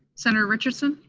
senator richardson?